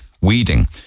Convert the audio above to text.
weeding